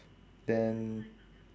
then